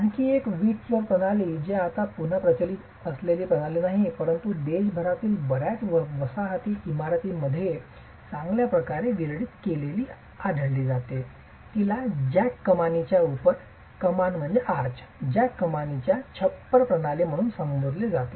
आणखी एक वीट फ्लोर प्रणाली जी आता पुन्हा प्रचलित असलेली प्रणाली नाही परंतु देशभरातील बर्याच वसाहती इमारतींमध्ये चांगल्या प्रकारे वितरीत केलेली आढळली जाते तिला जॅक कमानीच्या छप्पर प्रणाली म्हणून संबोधले जाते